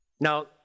Now